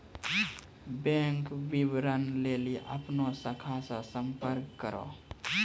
bank विबरण लेली अपनो शाखा से संपर्क करो